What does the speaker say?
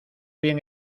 bien